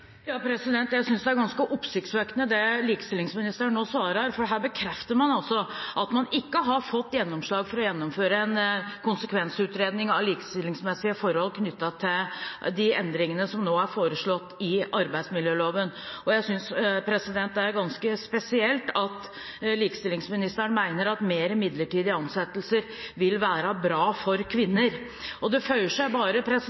Jeg synes det er ganske oppsiktsvekkende det likestillingsministeren nå svarer, for her bekrefter man altså at man ikke har fått gjennomslag for å gjennomføre en konsekvensutredning av likestillingsmessige forhold knyttet til de endringene som nå er foreslått i arbeidsmiljøloven. Jeg synes det er ganske spesielt at likestillingsministeren mener at flere midlertidige ansettelser vil være bra for kvinner. Det føyer seg bare